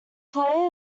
player